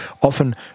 Often